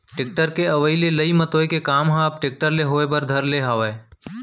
tractor के अवई ले लई मतोय के काम ह अब टेक्टर ले होय बर धर ले हावय